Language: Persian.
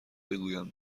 بگویم